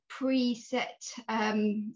preset